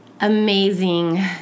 amazing